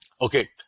Okay